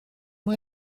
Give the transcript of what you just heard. mae